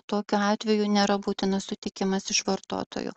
tokiu atveju nėra būtinas sutikimas iš vartotojų